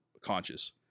conscious